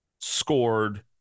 Scored